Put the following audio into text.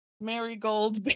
marigold